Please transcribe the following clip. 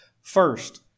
First